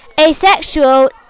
Asexual